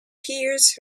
peers